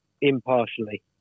impartially